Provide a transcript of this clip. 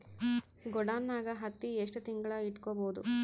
ಗೊಡಾನ ನಾಗ್ ಹತ್ತಿ ಎಷ್ಟು ತಿಂಗಳ ಇಟ್ಕೊ ಬಹುದು?